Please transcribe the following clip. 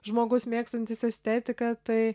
žmogus mėgstantis estetiką tai